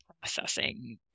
processing